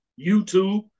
YouTube